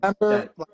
remember